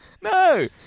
No